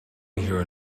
here